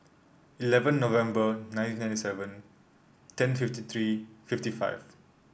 eleven November nineteen ninety seven ten fifty three fifty five